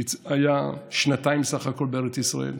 הוא היה שנתיים בסך הכול בארץ ישראל,